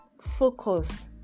Focus